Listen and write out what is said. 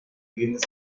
viviendas